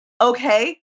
Okay